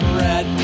red